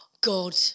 God